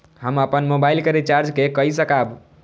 हम अपन मोबाइल के रिचार्ज के कई सकाब?